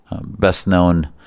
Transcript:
best-known